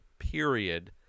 Period